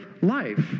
life